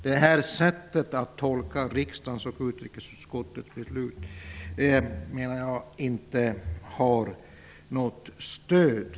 Det sättet att tolka riksdagens och utrikesutskottet beslut har inte något stöd.